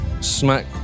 smack